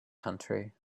country